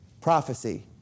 prophecy